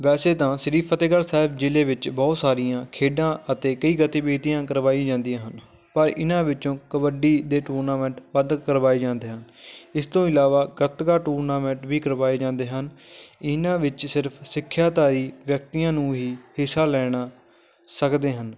ਵੈਸੇ ਤਾਂ ਸ਼੍ਰੀ ਫਤਿਹਗੜ੍ਹ ਸਾਹਿਬ ਜ਼ਿਲ੍ਹੇ ਵਿੱਚ ਬਹੁਤ ਸਾਰੀਆਂ ਖੇਡਾਂ ਅਤੇ ਕਈ ਗਤੀਵਿਧੀਆਂ ਕਰਵਾਈ ਜਾਂਦੀਆਂ ਹਨ ਪਰ ਇਹਨਾਂ ਵਿੱਚੋਂ ਕਬੱਡੀ ਦੇ ਟੂਰਨਾਮੈਂਟ ਵੱਧ ਕਰਵਾਏ ਜਾਂਦੇ ਹਨ ਇਸ ਤੋਂ ਇਲਾਵਾ ਗੱਤਕਾ ਟੂਰਨਾਮੈਂਟ ਵੀ ਕਰਵਾਏ ਜਾਂਦੇ ਹਨ ਇਹਨਾਂ ਵਿੱਚ ਸਿਰਫ ਸਿੱਖਿਆਧਾਰੀ ਵਿਅਕਤੀਆਂ ਨੂੰ ਹੀ ਹਿੱਸਾ ਲੈਣਾ ਸਕਦੇ ਹਨ